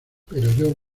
pero